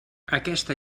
aquesta